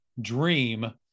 dream